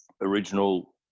original